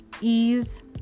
ease